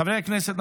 חברי הכנסת,